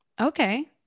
Okay